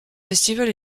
festival